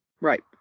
right